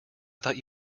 thought